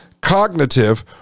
cognitive